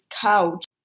couch